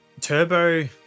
Turbo